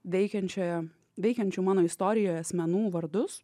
veikiančioje veikiančių mano istorijoj asmenų vardus